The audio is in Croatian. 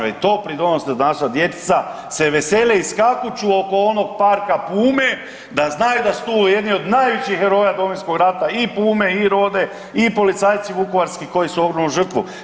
E to pridonosi da naša djeca se vesele i skakuću oko onog parka „Pume“ da znaju da su tu jedni od najvećih heroja Domovinskog rata i „Pume“ i „Rode“ i policajci vukovarski koji su ogromnu žrtvu.